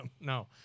No